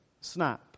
snap